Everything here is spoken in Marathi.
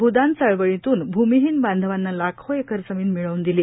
भूदान चळवळीतून भूमिहिन बांधवांना लाखो एकर जमीन मिळवून दिली